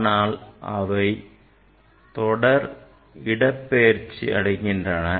ஆனால் அவை தொடர் இடப்பெயர்ச்சி அடைகின்றன